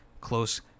close